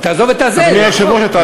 אדוני היושב-ראש,